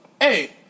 hey